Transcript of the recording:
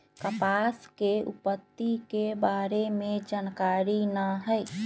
कपास के उत्पत्ति के बारे में जानकारी न हइ